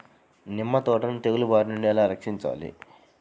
నిమ్మ తోటను తెగులు బారి నుండి ఎలా రక్షించాలి?